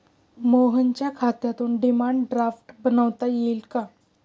मोहनच्या खात्यातून demand draft बनवता येईल का?